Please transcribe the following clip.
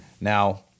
Now